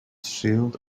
shield